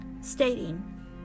stating